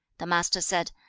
the master said,